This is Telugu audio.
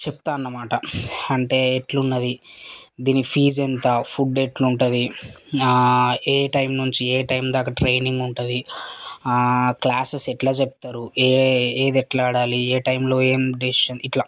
చెప్తా అనమాట అంటే ఎట్లున్నది దీని ఫీజ్ ఎంత ఫుడ్ ఎట్లుంటుంది ఏ టైం నుంచి ఏ టైం దాకా ట్రైనింగ్ ఉంటుంది క్లాసెస్ ఎట్లా చెప్తారు ఏ ఏది ఎట్లా ఆడాలి ఏ టైంలో ఏం డెసిషన్ ఇట్లా